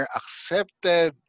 accepted